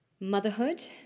Motherhood